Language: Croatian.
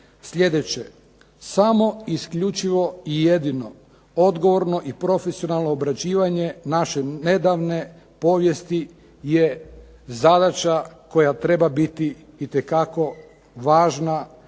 sljedeće, samo isključivo i jedino odgovorno i profesionalno obrađivanje naše nedavne povijesti je zadaća koja treba biti itekako važna,